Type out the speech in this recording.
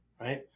right